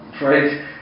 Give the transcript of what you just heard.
right